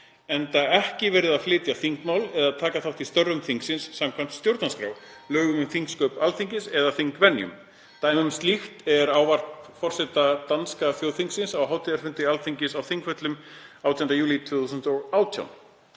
enda ekki verið að flytja þingmál eða taka þátt í störfum þingsins samkvæmt stjórnarskrá, lögum um þingsköp Alþingis eða þingvenjum. Dæmi um slíkt er ávarp forseta danska þjóðþingsins á hátíðarfundi Alþingis á Þingvöllum 18. júlí 2018.